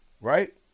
right